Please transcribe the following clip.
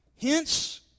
Hence